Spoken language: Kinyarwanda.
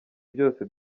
byose